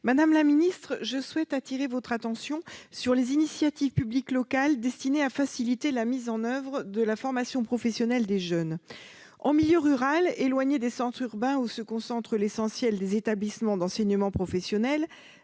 Mme la ministre du travail sur les initiatives publiques locales destinées à faciliter la mise en oeuvre de la formation professionnelle des jeunes. En milieu rural éloigné des centres urbains, où se concentre l'essentiel des établissements d'enseignement professionnel,